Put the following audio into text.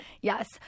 Yes